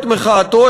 את מחאתו,